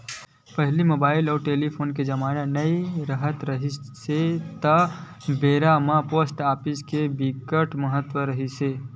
पहिली मुबाइल अउ टेलीफोन के जमाना नइ राहत रिहिस हे ता ओ बेरा म पोस्ट ऑफिस के बिकट महत्ता रिहिस हे